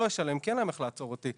לא אשלם כי אין להם איך לעצור אותי,